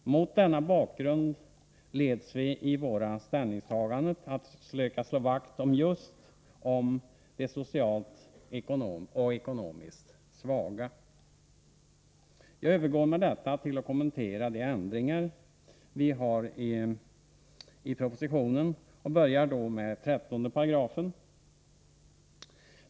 Mot denna bakgrund leds vi i våra ställningstaganden att söka slå vakt just om de socialt och ekonomiskt svaga. Jag övergår med detta till att kommentera de ändringsförslag vi har till propositionen och börjar då med 13 §.